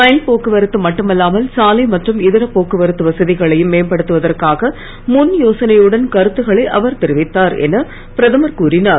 ரயில் போக்குவரத்து மட்டுமல்லாமல் சாலை மற்றும் இதர போக்குவரத்து வசதிகளையும் மேம்படுத்துவதற்காக முன் யோசனையுடன் கருத்துக்களை அவர் தெரிவித்தார் என பிரதமர் கூறினார்